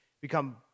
become